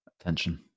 Attention